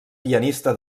pianista